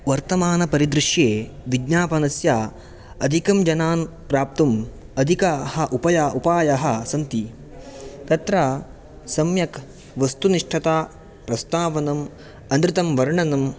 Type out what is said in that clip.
वर्तमानपरिदृश्ये विज्ञापनस्य अधिकं जनान् प्राप्तुम् अधिकाः उपायाः सन्ति तत्र सम्यक् वस्तुनिष्ठता प्रस्तावनम् अनृतं वर्णनं